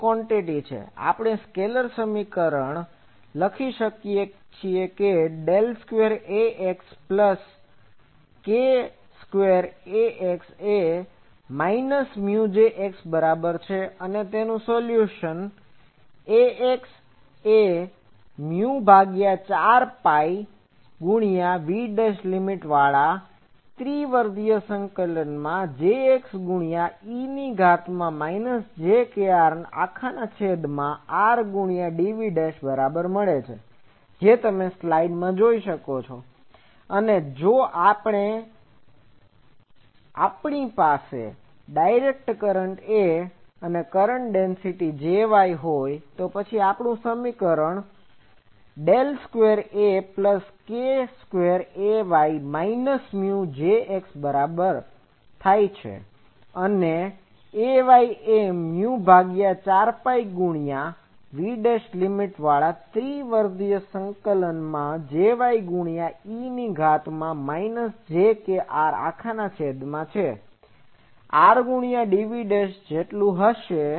તેથી પછી આપણે સ્કેલર સમીકરણ 2 AXK2AX μJX લખી શકીએ કે del square AX plus k square AX એ માઈનસ મ્યુ Jx બરાબર છે અને તેનું solution AX4π∭VJXe j krrdv AX એ મ્યુ ભાગ્યા 4 પાઈ પાય ગુણ્યા V' લીમીટ વાળા ત્રિવિધ સંકલન માં Jx ગુણ્યા e ની ઘાત માં માઈનસ j kr અખાના છેદ માં r ગુણ્યા dv દ્વારા મળશે અને જો આપણી પાસે direct current Ay current density Jy છે તો પછી આપણુ સમીકરણ 2 AYK2AY μJY del square Ay plus k square Ay એ માઈનસ મ્યુ Jx બરાબર અને AY4π∭VJYe j krrdv AY એ મ્યુ ભાગ્યા 4 પાઈ પાય ગુણ્યા V' લીમીટ વાળા ત્રિવિધ સંકલન માં Jy ગુણ્યા e ની ઘાત માં માઈનસ j kr અખાના છેદ માં r ગુણ્યા dv જેટલું હશે